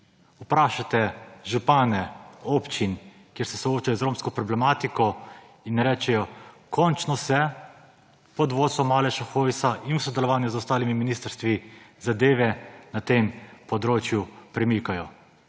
Vprašajte župane občin, kjer se soočajo z romsko problematiko. In rečejo – končno se pod vodstvom Aleša Hojsa in v sodelovanju z ostalimi ministrstvi zadeve na tem področju premikajo.